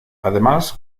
además